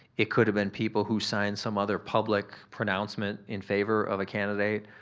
it could have been people who signed some other public pronouncement in favor of a candidate,